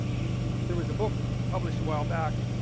there was a book published a while back